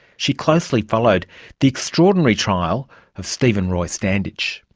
she closely followed the extraordinary trial of stephen roy standage.